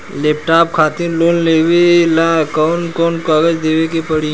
Laptop खातिर loan लेवे ला कौन कौन कागज देवे के पड़ी?